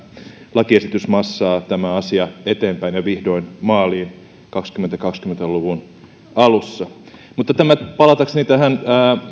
lakiesitysmassasta tämä asia eteenpäin ja vihdoin maaliin kaksituhattakaksikymmentä luvun alussa mutta palatakseni tähän